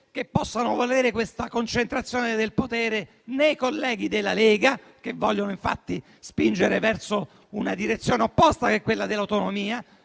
che possano volere questa concentrazione del potere né i colleghi della Lega, che difatti vogliono spingere verso una direzione opposta, quella dell'autonomia,